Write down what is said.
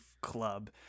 club